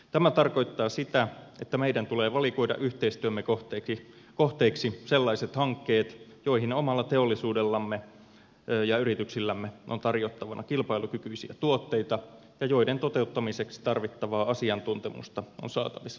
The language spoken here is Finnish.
tämä tarkoittaa sitä että meidän tulee valikoida yhteistyömme kohteiksi sellaiset hankkeet joihin omalla teollisuudellamme ja yrityksillämme on tarjottavana kilpailukykyisiä tuotteita ja joiden toteuttamiseksi tarvittavaa asiantuntemusta on saatavissa suomesta